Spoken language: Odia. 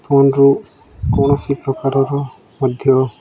ଫୋନ୍ରୁ କୌଣସି ପ୍ରକାରର ମଧ୍ୟ